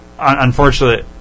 unfortunately